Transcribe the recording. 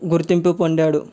గుర్తింపు పొందాడు